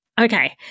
Okay